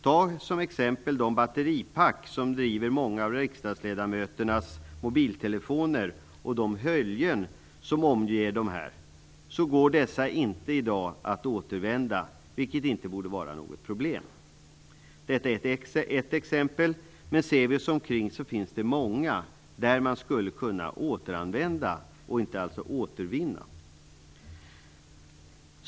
De höljen som omger de batteripack som driver många av riksdagsledamöternas mobiltelefoner går t.ex. inte i dag att återanvända, vilket inte borde vara något problem. Detta är ett exempel, men det finns många produkter som skulle kunna återanvändas och alltså inte återvinnas.